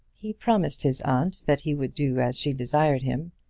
he promised his aunt that he would do as she desired him,